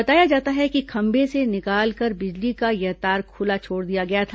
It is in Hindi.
बताया जाता है कि खंमे से निकालकर बिजली का यह तार खुला छोड़ दिया गया था